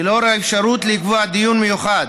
ולאור האפשרות לקבוע דיון מיוחד